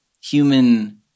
human